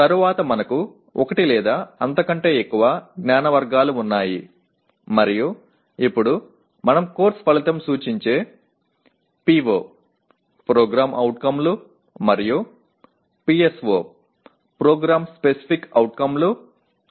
பின்னர் ஒன்று அல்லது அதற்கு மேற்பட்ட அறிவு வகைகள் உள்ளன இப்போது நாம் PO கள் மற்றும் PSO களுடன் ஒரு பாடநெறி விளைவு முகவரிகளை இணைக்க வேண்டும்